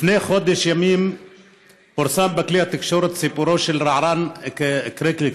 לפני חודש ימים פורסם בכלי התקשורת סיפורו של רענן קרקליס,